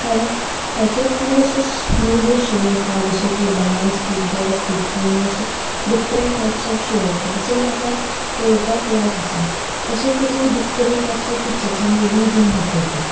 कारण ताचेर खूब अशें न्यू न्यू शो येता जशें की डान्स बीग बोस कुकिंग अशे डिफरंट टायप्स ऑफ शो येता सो म्हाका पळोवपाक लायक आसा तशेंच ताजेर डिफरंट टायप्स ऑफ पिचर्सां मुवी बी दाखयता